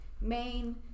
main